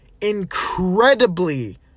incredibly